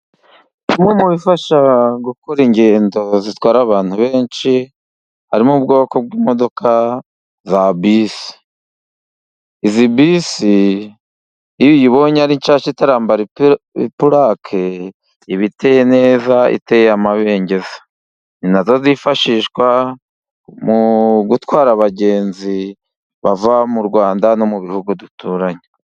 Bimwe mu bifasha gukora ingendo zitwara abantu benshi, harimo ubwoko bw'imodoka za bisi, izi bisi iyo uyibonye ari nshyashya itarambara purake, iba iteye neza iteye amabengeza, ni nazo zifashishwa mu gutwara abagenzi bava mu Rwanda no mu bihugu duturanye.